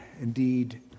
indeed